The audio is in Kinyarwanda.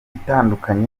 itandukanye